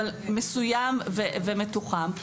אבל מסוים ומתוחם,